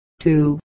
Two